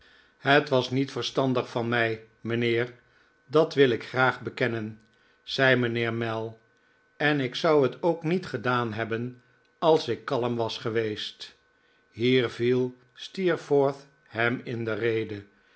het was niet verstandig van mij mijnheer dat wil ik graag bekennen zei mijnheer mell en ik zou het ook niet gedaan hebben als ik kalm was geweest hier viel steerforth hem in de rede